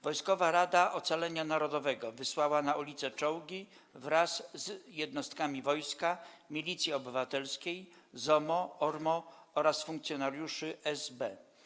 Wojskowa Rada Ocalenia Narodowego wysłała na ulice czołgi wraz z jednostkami wojska, Milicji Obywatelskiej, ZOMO, ORMO oraz funkcjonariuszy SB.